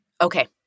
Okay